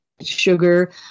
sugar